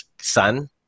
son